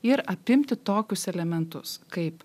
ir apimti tokius elementus kaip